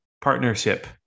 partnership